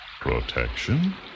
Protection